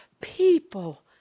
people